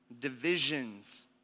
divisions